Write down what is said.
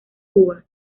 cuba